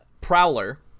Prowler